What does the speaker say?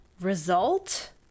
result